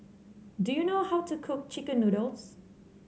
do you know how to cook chicken noodles